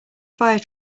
fire